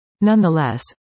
Nonetheless